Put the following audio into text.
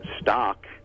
stock